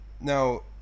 Now